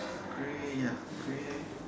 grey ya grey